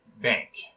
bank